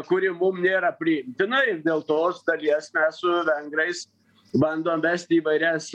kuri mum nėra priimtina ir dėl tos dalies mes su vengrais bandom vesti įvairias